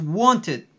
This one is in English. wanted